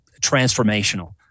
transformational